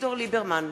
אביגדור ליברמן,